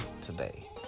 today